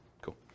Cool